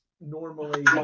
normally